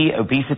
obesity